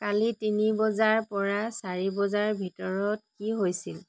কালি তিনি বজাৰপৰা চাৰি বজাৰ ভিতৰত কি হৈছিল